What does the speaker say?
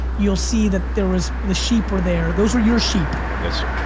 you'll see that there was, the sheep were there. those were your sheep. yes sir.